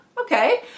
okay